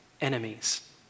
enemies